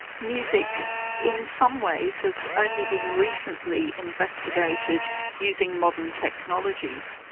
music in some ways has only been recently investigated using modern technologies.